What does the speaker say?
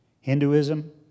Hinduism